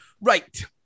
Right